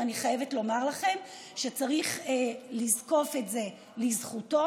ואני חייבת לומר לכם שצריך לזקוף את זה לזכותו,